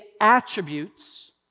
attributes